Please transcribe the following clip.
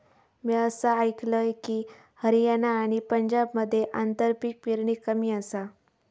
म्या असा आयकलंय की, हरियाणा आणि पंजाबमध्ये आंतरपीक पेरणी कमी आसा